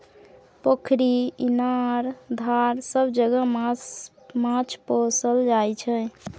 पोखरि, इनार, धार सब जगह माछ पोसल जाइ छै